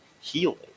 healing